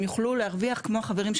היושב ראש, אני רוצה להציע לך עוד רעיון.